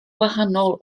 wahanol